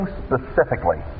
specifically